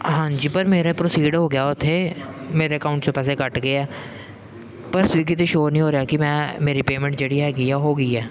ਹਾਂਜੀ ਪਰ ਮੇਰਾ ਪ੍ਰੋਸੀਡ ਹੋ ਗਿਆ ਉੱਥੇ ਮੇਰੇ ਅਕਾਊਂਟ 'ਚੋਂ ਪੈਸੇ ਕੱਟ ਗਏ ਹੈ ਪਰ ਸਵੀਗੀ 'ਤੇ ਸ਼ੋਅ ਨਹੀਂ ਹੋ ਰਿਹਾ ਕਿ ਮੈਂ ਮੇਰੀ ਪੇਮੈਂਟ ਜਿਹੜੀ ਹੈਗੀ ਆ ਉਹ ਹੋ ਗਈ ਹੈ